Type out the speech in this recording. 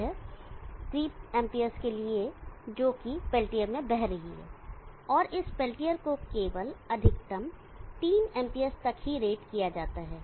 यह 3 Amps के लिएजोकि पेल्टियर में बह रही है और इस पेल्टियर को केवल अधिकतम 3 Amps तक ही रेट किया जाता है